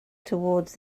towards